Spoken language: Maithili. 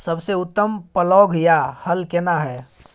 सबसे उत्तम पलौघ या हल केना हय?